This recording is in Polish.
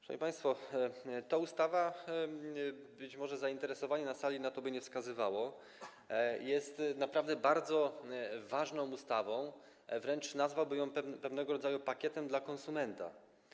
Szanowni państwo, ta ustawa - być może zainteresowanie na sali na to by nie wskazywało - jest naprawdę bardzo ważną ustawą, wręcz nazwałbym ją pewnego rodzaju pakietem dla konsumenta.